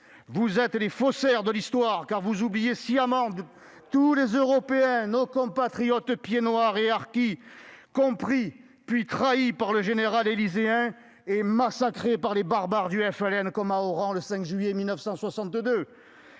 vous êtes des faussaires de l'Histoire, car vous oubliez sciemment tous les Européens, nos compatriotes pieds-noirs et harkis, ... Ah !...« compris », puis trahis par le général élyséen et massacrés par les barbares du FLN, comme à Oran le 5 juillet 1962.